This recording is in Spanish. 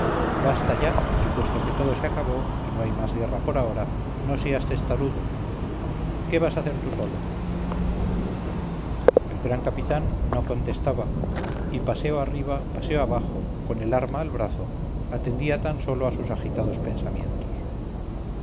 basta ya y puesto que todo se acabó y no hay más guerra por ahora no seas testarudo qué vas a hacer tú solo el gran capitán no contestaba y paseo arriba paseo abajo con el arma al brazo atendía tan sólo a sus agitados pensamientos